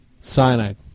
Cyanide